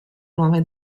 nave